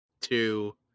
two